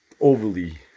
overly